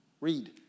Read